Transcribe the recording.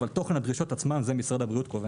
אבל תוכן הדרישות נקבע על ידי משרד הבריאות.